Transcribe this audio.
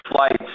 flights